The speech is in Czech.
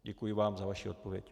Děkuji vám za vaši odpověď.